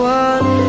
one